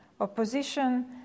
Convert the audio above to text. opposition